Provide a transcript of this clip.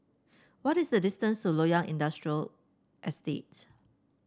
what is the distance to Loyang Industrial Estate